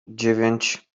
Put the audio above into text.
dziewięć